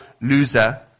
loser